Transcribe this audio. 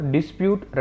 Dispute